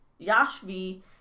Yashvi